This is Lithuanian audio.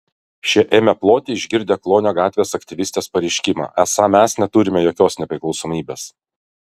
šie ėmė ploti išgirdę klonio gatvės aktyvistės pareiškimą esą mes neturime jokios nepriklausomybės